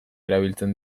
erabiltzen